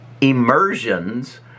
Immersions